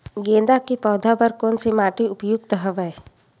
गेंदा के पौधा बर कोन से माटी उपयुक्त हवय?